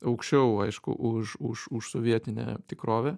aukščiau aišku už už už sovietinę tikrovę